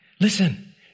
Listen